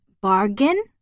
bargain